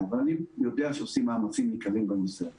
אבל אני יודע שעושים מאמצים ניכרים בנושא הזה.